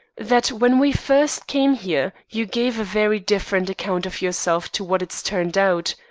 that when we first came here you gave a very different account of yourself to what it's turned out.